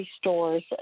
stores